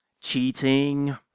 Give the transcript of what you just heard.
cheating